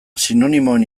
sinonimoen